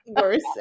worse